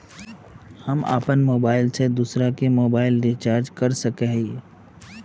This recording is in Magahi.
हम अपन मोबाईल से दूसरा के मोबाईल रिचार्ज कर सके हिये?